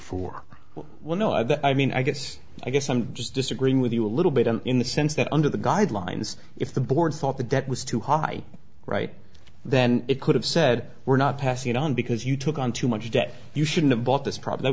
for well no i mean i guess i guess i'm just disagreeing with you a little bit in the sense that under the guidelines if the board thought the debt was too high right then it could have said we're not passing it on because you took on too much debt you shouldn't have bought this pro